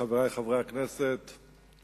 שיוזמיה הם חברי הכנסת אופיר